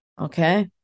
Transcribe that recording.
Okay